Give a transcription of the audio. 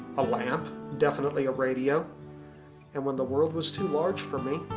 a lamp definitely a radio and when the world was too large for me,